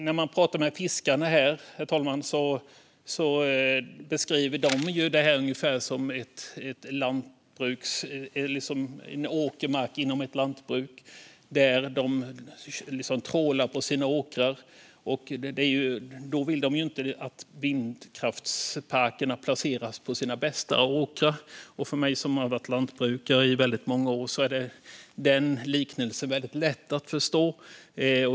När man pratar med fiskarna, herr talman, beskriver de det här ungefär som åkermark inom ett lantbruk. De vill inte att vindkraftsparker placeras på deras bästa åkrar, och för mig som har varit lantbrukare i väldigt många år är den liknelsen lätt att förstå.